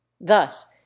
Thus